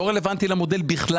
בכלל לא רלוונטי למודל.